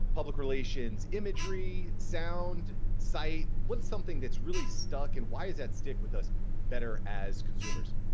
public relations imagery, sound site what's something that's really stuck and why does that stick with us better as consumers?